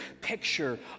picture